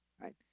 right